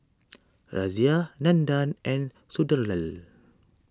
Razia Nandan and Sunderlal